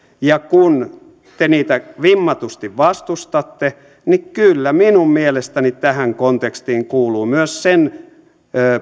ja kun te niitä vimmatusti vastustatte niin kyllä minun mielestäni tähän kontekstiin kuuluu myös sen